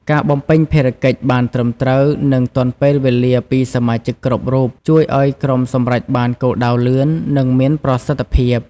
ការបំពេញភារកិច្ចបានត្រឹមត្រូវ និងទាន់ពេលវេលាពីសមាជិកគ្រប់រូប ជួយឱ្យក្រុមសម្រេចបានគោលដៅលឿន និងមានប្រសិទ្ធភាព។